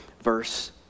verse